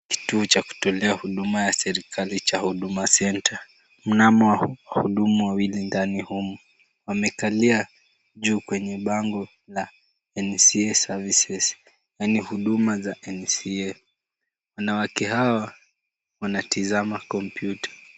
Kituo cha kutolea huduma ya serikali cha Huduma Center. Mnamo wahudumu wawili ndani ya humu, wamekalia juu kwenye bango la NCA Services . Yaani, huduma za NCA. Wanawake hawa wanatazama computer .